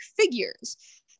figures